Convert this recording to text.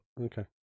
Okay